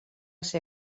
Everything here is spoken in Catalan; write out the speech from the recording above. ser